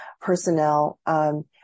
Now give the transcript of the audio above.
personnel